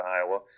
Iowa